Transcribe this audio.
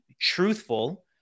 truthful